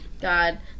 God